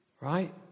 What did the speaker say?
Right